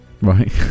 right